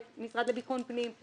המשרד לביטחון פנים,